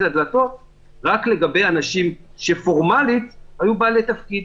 הדלתות רק לגבי אנשים שפורמלית היו בעלי תפקיד.